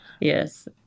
Yes